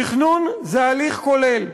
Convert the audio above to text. תכנון זה הליך כולל.